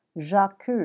Jacques